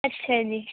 ਅੱਛਾ ਜੀ